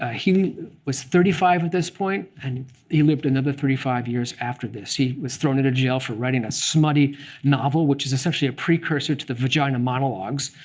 ah he was thirty five at this point. and he lived another thirty five years after this. he was thrown into jail for writing a smutty novel, which is essentially a precursor to the vagina monologues,